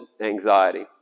anxiety